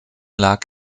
lag